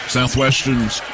Southwestern's